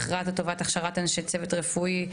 לגבי מכרז להכשרת אנשי צוות רפואי,